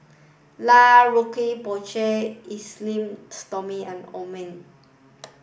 La Roche Porsay Esteem Stoma and Omron